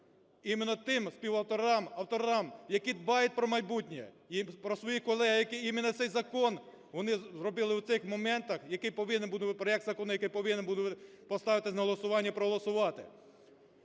іменно тим співавторам, авторам, які дбають про майбутнє, і про своїх колег, які іменно цей закон, вони зробили у цих моментах, проект закону, який повинен буде поставитись на голосування і проголосувати.